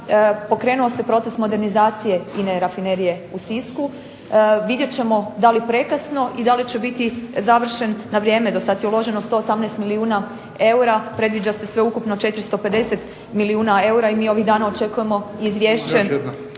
pokrenuo se proces modernizacije INA-e Rafinerije u Sisku. Vidjet ćemo da li prekasno i da li će biti završen na vrijeme. Do sad je uloženo 118 milijuna eura. Predviđa se sveukupno 450 milijuna eura. I mi ovih dana očekujemo izvješće